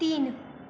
तीन